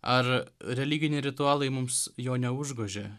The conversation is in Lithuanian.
ar religiniai ritualai mums jo neužgožė